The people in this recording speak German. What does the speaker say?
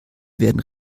werden